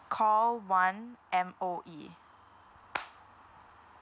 call one M_O_E